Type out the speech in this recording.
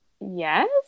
yes